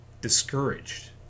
discouraged